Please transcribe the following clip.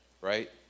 right